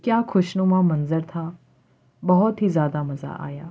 کیا خوشنما منظر تھا بہت ہی زیادہ مزہ آیا